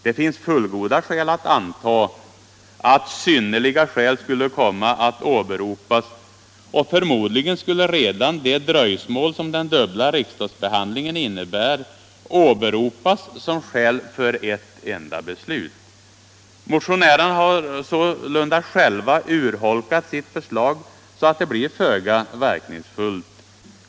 Det finns fullgoda skäl att anta att ”synnerliga skäl” skulle komma att åberopas, och förmodligen skulle redan det dröjsmål som den dubbla riksdagsbehandlingen innebär åberopas som skäl för ett enda beslut. Motionärerna har sålunda själva urholkat sitt förslag så att det blir föga verkningsfullt.